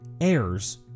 heirs